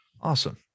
awesome